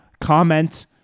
comment